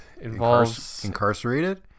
incarcerated